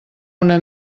una